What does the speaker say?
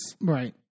Right